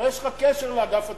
הרי יש לך קשר לאגף התקציבים,